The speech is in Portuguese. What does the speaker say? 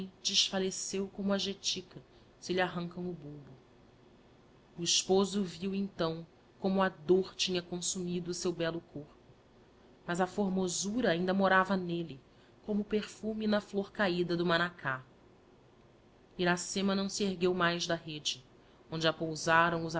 desfalleceu como a jetjca se lhe arrancam o bulbo o esposo viu então como a dor tinha consumido seu bello corpo mas a formosura ainda morava nelle como o perfume na flor cabida do manacá iracema não se ergueu mais da rode onde a pousaram